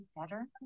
better